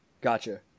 Gotcha